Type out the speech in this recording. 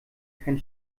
kein